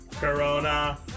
Corona